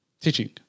teaching